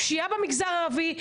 פשיעה במגזר הערבי,